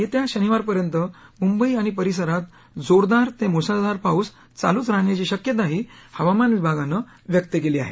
येत्या शनिवारपर्यंत मुंबई आणि परिसरात जोरदार ते मुसळधार पाऊस चालूच राहण्याची शक्यताही हवामान विभागनं व्यक्त केली आहे